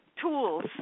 tools